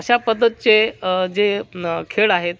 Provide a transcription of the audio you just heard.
अशा पद्धतीचे जे खेळ आहेत